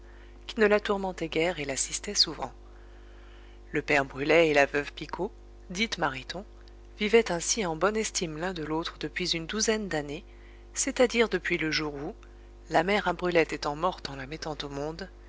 qui ne la tourmentait guère et l'assistait souvent le père brulet et la veuve picot dite mariton vivaient ainsi en bonne estime l'un de l'autre depuis une douzaine d'années c'est-à-dire depuis le jour où la mère à brulette étant morte en la mettant au monde